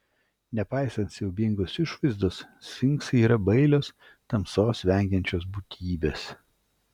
nepaisant siaubingos išvaizdos sfinksai yra bailios tamsos vengiančios būtybės